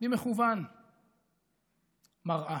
במכוון מראה.